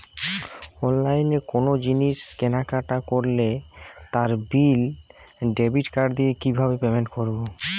অনলাইনে কোনো জিনিস কেনাকাটা করলে তার বিল ডেবিট কার্ড দিয়ে কিভাবে পেমেন্ট করবো?